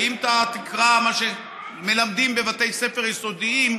ואם אתה תקרא מה שמלמדים בבתי ספר יסודיים,